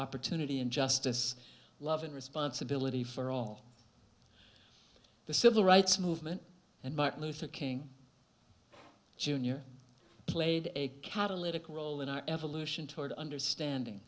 opportunity and justice love and responsibility for all the civil rights movement and martin luther king jr played a catalytic role in our evolution toward understanding